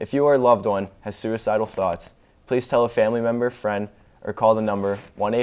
if your loved one has suicidal thoughts please tell a family member or friend or call the number one eight